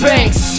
Banks